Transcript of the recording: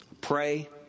pray